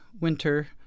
winter